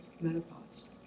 menopause